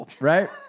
Right